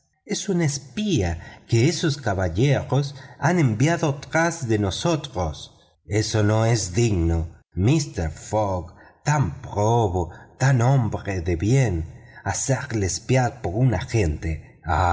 es un espía que esos caballeros han enviado tras de nosotros eso no es digno mister fogg tan probo tan hombre de bien hacerle espiar por un agente